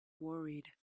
worried